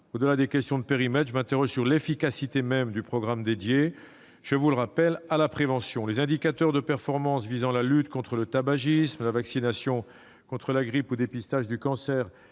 Au-delà des questions de périmètre, je m'interroge sur l'efficacité même du programme consacré, je vous le rappelle, à la prévention. Les indicateurs de performance visant la lutte contre le tabagisme, la vaccination contre la grippe ou le dépistage du cancer